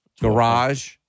garage